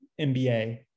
MBA